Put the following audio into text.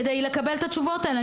כדי לקבל את התשובות האלה.